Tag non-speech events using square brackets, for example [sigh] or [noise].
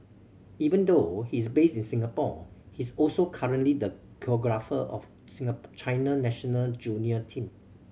even though he is based in Singapore he is also currently the choreographer of [unintelligible] China national junior team